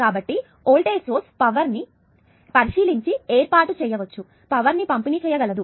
కాబట్టి voltage source power ను పరిశీలించి ఏర్పాటు చేయవచ్చు పవర్ ను పంపిణీ చేయగలదు